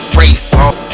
race